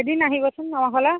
এদিন আহিবচোন নহ'লে